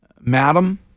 madam